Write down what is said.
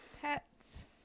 pets